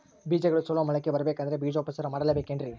ಬೇಜಗಳು ಚಲೋ ಮೊಳಕೆ ಬರಬೇಕಂದ್ರೆ ಬೇಜೋಪಚಾರ ಮಾಡಲೆಬೇಕೆನ್ರಿ?